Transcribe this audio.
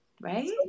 Right